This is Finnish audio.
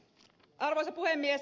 arvoisa puhemies